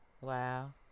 Wow